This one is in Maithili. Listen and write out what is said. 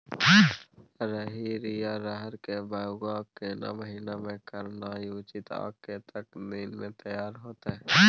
रहरि या रहर के बौग केना महीना में करनाई उचित आ कतेक दिन में तैयार होतय?